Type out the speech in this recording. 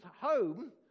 home